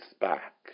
back